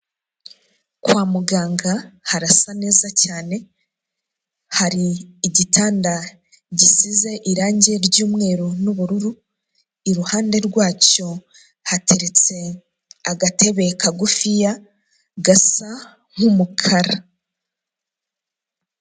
Kwa muganga harasa neza cyane, hari igitanda gisize irange ry'mweru n'ubururu, iruhande rwacyo hateretse agatebe kagufiya, gasa nk'umukara.